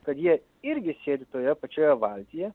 kad jie irgi sėdi toje pačioje valtyje